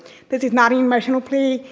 this is not an emotional plea,